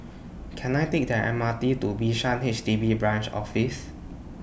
Can I Take The M R T to Bishan H D B Branch Office